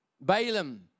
Balaam